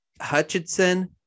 Hutchinson